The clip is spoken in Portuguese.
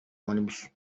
ônibus